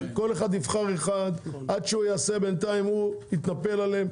כל אחד יבחר אחד; עד שהוא יעשה - בינתיים הוא יתנפל עליהם.